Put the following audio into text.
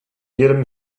jedem